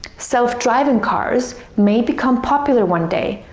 self-driving cars may become popular one day,